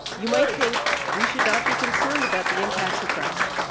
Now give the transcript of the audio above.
you might think we should not be concerned about the impacts of fracking.